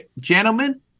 gentlemen